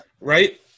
Right